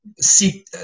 seek